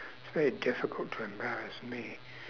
it's very difficult to embarrass me